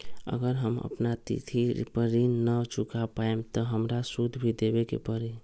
अगर हम अपना तिथि पर ऋण न चुका पायेबे त हमरा सूद भी देबे के परि?